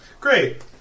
Great